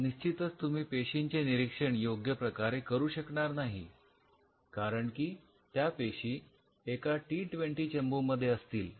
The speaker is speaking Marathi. तर निश्चितच तुम्ही पेशींचे निरीक्षण योग्यप्रकारे करू शकणार नाही कारण की त्या पेशी एका टी ट्वेंटी चंबु मध्ये असतील